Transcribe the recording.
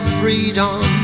freedom